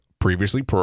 Previously